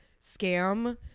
scam